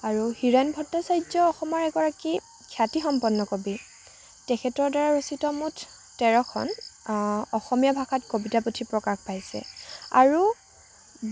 আৰু হীৰেণ ভট্টাচাৰ্য অসমৰ এগৰাকী খ্যাতিসম্পন্ন কবি তেখেতৰ দ্বাৰা ৰচিত মুঠ তেৰখন অসমীয়া ভাষাত কবিতাপুথি প্ৰকাশ পাইছে আৰু